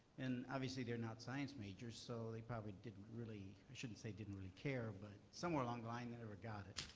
and obviously, they're not science majors. so they probably didn't really i shouldn't say didn't really care, but somewhere along the line, they never got it.